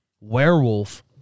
werewolf